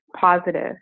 positive